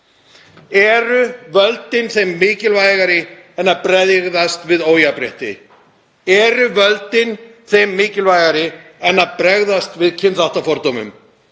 Eru völdin þeim mikilvægari en að bregðast við ójafnrétti? Eru völdin þeim mikilvægari en að bregðast við kynþáttafordómum?